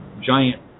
giant